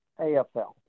AFL